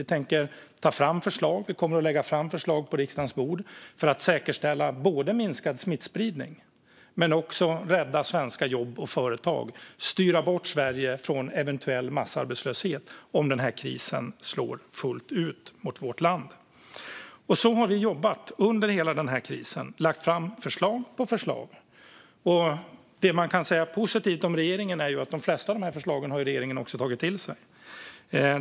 Vi kommer att lägga fram förslag på riksdagens bord för att säkerställa minskad smittspridning, rädda svenska jobb och företag och styra bort Sverige från eventuell massarbetslöshet, om den här krisen slår fullt ut mot vårt land. Så har vi jobbat under hela den här krisen. Vi har lagt fram förslag på förslag. Det positiva man kan säga om regeringen är att regeringen har tagit till sig de flesta av våra förslag.